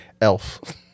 Elf